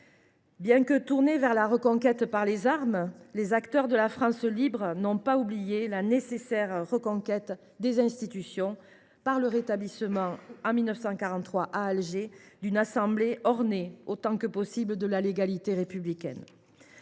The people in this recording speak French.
Bien que tournés vers la reconquête par les armes, les acteurs de la France libre n’ont pas oublié la nécessaire reconquête des institutions par le rétablissement, en 1943 à Alger, d’une assemblée parée autant que possible de la légalité républicaine.